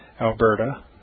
Alberta